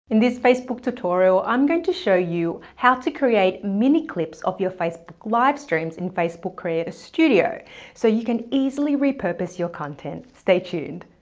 in this facebook tutorial, i'm going to show you how to create mini clips of your facebook livestreams in facebook creator studio so you can easily repurpose your content. stay tuned.